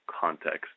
context